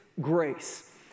grace